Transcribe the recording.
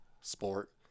sport